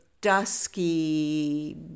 dusky